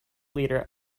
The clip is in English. leader